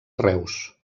reus